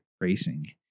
Racing